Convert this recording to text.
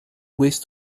west